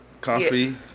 comfy